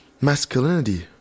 masculinity